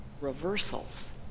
reversals